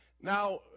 Now